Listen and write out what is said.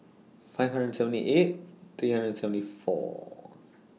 five hundred and seventy eight three hundred and seventy four